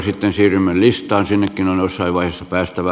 sitten siirrymme listaan sinnekin on jossain vaiheessa päästävä